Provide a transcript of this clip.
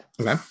Okay